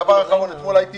דבר אחרון, הייתי